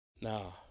No